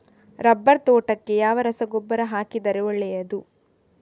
Rubber ತೋಟಕ್ಕೆ ಯಾವ ರಸಗೊಬ್ಬರ ಹಾಕಿದರೆ ಒಳ್ಳೆಯದು?